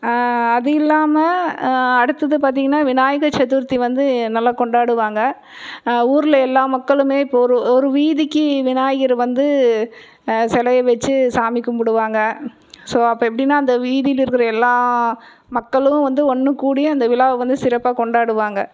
அது இல்லாமல் அடுத்தது பார்த்தீங்கன்னா விநாயகர் சதுர்த்தி வந்து நல்லா கொண்டாடுவாங்க ஊரில் எல்லா மக்களும் இப்போ ஒரு ஒரு வீதிக்கு விநாயகர் வந்து சிலைய வைச்சு சாமி கும்பிடுவாங்க ஸோ அப்போ எப்படின்னா அந்த வீதியில் இருக்கிற எல்லா மக்களும் வந்து ஒன்றுக்கூடி அந்த விழாவை வந்து சிறப்பாக கொண்டாடுவாங்க